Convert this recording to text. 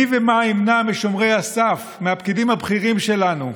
מי ומה ימנע משומרי הסף, מהפקידים הבכירים שלנו,